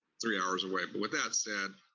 three hours away. but with that said,